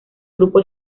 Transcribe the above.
grupo